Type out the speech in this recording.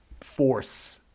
force